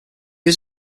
was